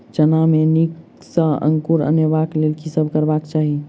चना मे नीक सँ अंकुर अनेबाक लेल की सब करबाक चाहि?